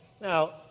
Now